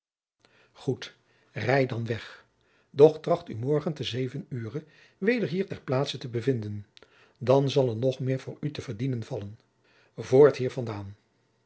goed rij dan weg doch tracht u morgen te zeven ure weder hier ter plaatse te bevinden dan zal er nog meer voor u te verdienen vallen voort hier